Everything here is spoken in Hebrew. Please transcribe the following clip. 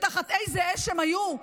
תחת איזו אש הם היו?